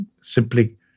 simply